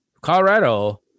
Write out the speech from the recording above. Colorado